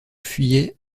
fuyaient